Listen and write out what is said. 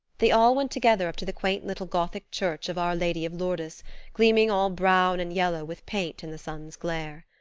they all went together up to the quaint little gothic church of our lady of lourdes, gleaming all brown and yellow with paint in the sun's glare.